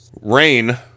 Rain